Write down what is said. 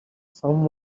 some